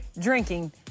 drinking